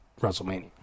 WrestleMania